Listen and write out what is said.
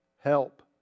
Help